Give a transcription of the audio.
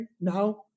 now